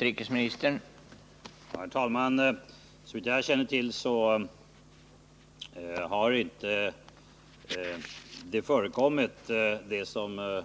Herr talman! Såvitt jag känner till har det som